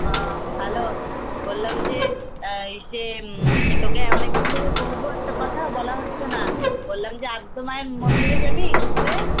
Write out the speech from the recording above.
ও ভালো বললাম যে ইসে তোকে অনেক দিন ধরে বলবো একটা কথা বলা হচ্ছে না বললাম যে আদ্যা মায়ের মন্দিরে যাবি ঘুরতে